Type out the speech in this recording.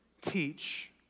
teach